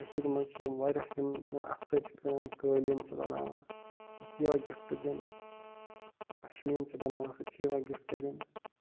کٔشیٖرِ منٛز چھِ یم واریاہ یم زَن اَتھٕ سۭتۍ چھِ کٲم قٲلیٖن چھِ بناوان سُہ تہِ چھِ یِوان گِفٹہٕ دِنہٕ پَشمیٖن چھِ بناوان سُہ تہِ چھِ یِوان گِفٹہٕ دِنہٕ